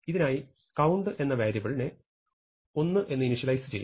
ഇതിനായി കൌണ്ട് എന്ന വാരിയബിൾനെ 1 എന്ന് ഇനിഷ്യലൈസ് ചെയ്യുന്നു